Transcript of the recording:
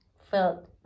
felt